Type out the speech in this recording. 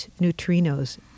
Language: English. neutrinos